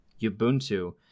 Ubuntu